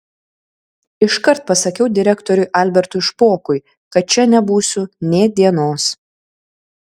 iškart pasakiau direktoriui albertui špokui kad čia nebūsiu nė dienos